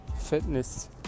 fitness